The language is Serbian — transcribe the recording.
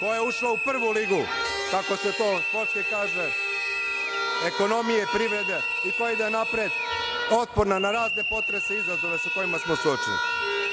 koja je ušla u prvu ligu, kako se to kaže, ekonomije, privrede i koja ide napred, otporna na razne potrese i izazove sa kojima smo se